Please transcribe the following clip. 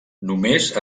només